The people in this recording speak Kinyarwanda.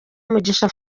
mugisha